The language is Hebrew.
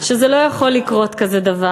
שלא יכול לקרות כזה דבר.